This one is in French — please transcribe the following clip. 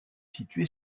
située